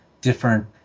different